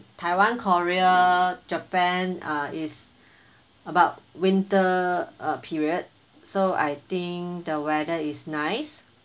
taiwan korea japan uh is about winter uh period so I think the weather is nice